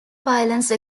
violence